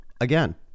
Again